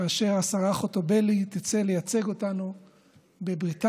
כאשר השרה חוטובלי תצא לייצג אותנו בבריטניה,